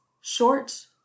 short